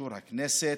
לאישור הכנסת: